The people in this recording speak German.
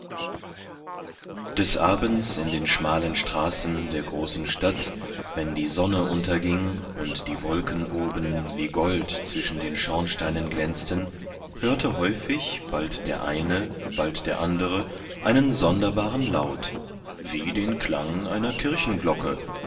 des abends in den schmalen straßen der großen stadt wenn die sonne unterging und die wolken oben wie gold zwischen den schornsteinen glänzten hörte häufig bald der eine bald der andere einen sonderbaren laut wie den klang einer kirchenglocke